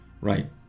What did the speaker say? right